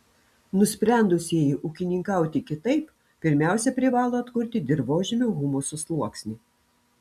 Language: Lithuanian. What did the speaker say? nusprendusieji ūkininkauti kitaip pirmiausia privalo atkurti dirvožemio humuso sluoksnį